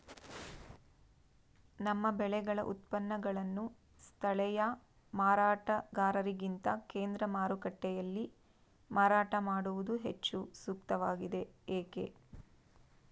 ನಮ್ಮ ಬೆಳೆಗಳ ಉತ್ಪನ್ನಗಳನ್ನು ಸ್ಥಳೇಯ ಮಾರಾಟಗಾರರಿಗಿಂತ ಕೇಂದ್ರ ಮಾರುಕಟ್ಟೆಯಲ್ಲಿ ಮಾರಾಟ ಮಾಡುವುದು ಹೆಚ್ಚು ಸೂಕ್ತವಾಗಿದೆ, ಏಕೆ?